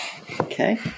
Okay